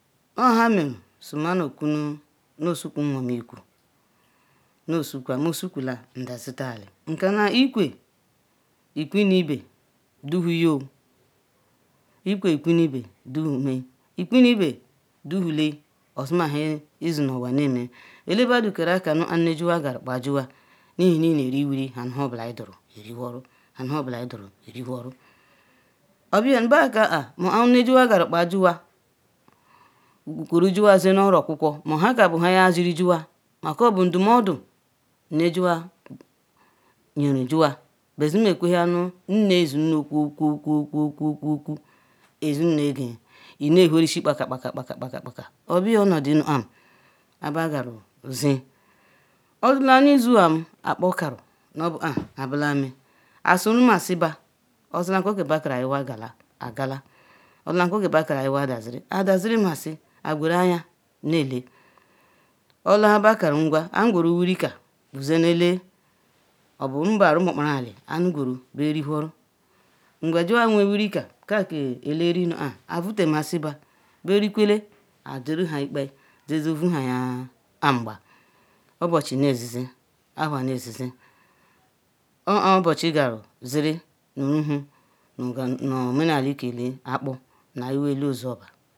nwo Iku nosoku mesukwla ndazida eli nkana Ikwe Iku nu ibe ndowuyoo Ikwe Iku nu Ibe nduwhome Iku nu ibe nduwhole, odima nha Idi nu onwa neme, elebadu garu karu nuoba kpo nnejiwa garu kpajiwa Ihe nu neriwuri nunhavnu nha obula idoru ni whuru ha nu nha obula idorru Iriwhuru obia bebe ka kar obu kpo nnejiwa garu kpajiwa kuru jiwa zie orokwokwu mobu kika bu nha jawa ziri jiwa ka bu ndumuodu nne jiwabnyere jiwa bezinu okwehia nu nne zinu no kwu kwu kwu kwu Izi ne egen nehua risi kpaka kpaka kpaka obia onodi nu kpam kpo ba garu zeen. Odila nu Izowan Akpor karu nuobu kpam kabula me, asuru mu si baa, odimako nkor ka bagaru ayiwa gaya agala odimako nkor ke bagaru ayiwa daziri adazirimasi agweru anya anele baa, odila nha ba karu nkwa angweru wuri kan gwozin ele obu nmba Rumu-okparaeli anu gweru berihuru ngwa jiwa wee wurikam kake ele eri nu kpa ovutemasi baa berikwele ajirimako Ikpe zi ovuyahe ngbagba, awhua nezizi obuchi nezizi owo kpo obuchi karu ziri nuhu nu omenaeli ke ele Akporvnu ayi bu ele-ozuba.